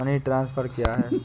Money transfer क्या है?